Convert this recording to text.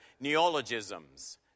neologisms